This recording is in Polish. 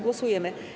Głosujemy.